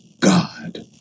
God